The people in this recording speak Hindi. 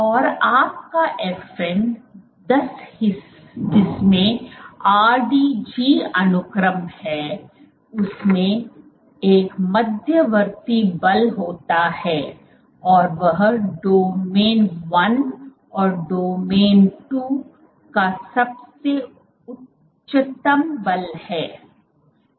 और आपका FN १० जिसमें RGD अनुक्रम है उसमें एक मध्यवर्ती बल होता है और वह डोमेन 1 और डोमेन 2 का सबसे उच्चतम बल है